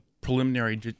preliminary